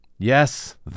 Yes